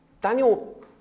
Daniel